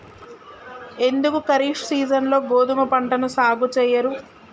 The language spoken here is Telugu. ఎందుకు ఖరీఫ్ సీజన్లో గోధుమ పంటను సాగు చెయ్యరు?